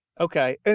Okay